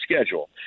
schedule